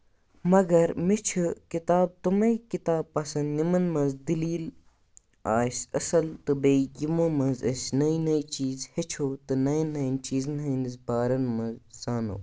مگر مےٚ چھِ کِتاب تِمَے کِتاب پَسنٛد یِمَن منٛز دٔلیٖل آسہِ اَصٕل تہٕ بیٚیہِ یِمو منٛز أسۍ نٔے نٔے چیٖز ہیٚچھو تہٕ نَیَن نَیَن چیٖزَن ہٕنٛدِس بارَس منٛز زانو